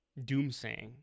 doomsaying